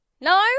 No